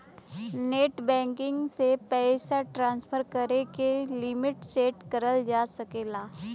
net banking से पइसा transaction करे क लिमिट सेट करल जा सकला